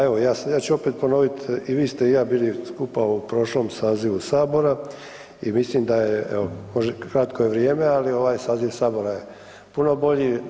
Pa evo, ja ću opet ponovit i vi ste i ja bili skupa u prošlom sazivu sabora i mislim da je evo kratko je vrijeme, ali ovaj saziv sabora je puno bolji.